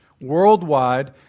worldwide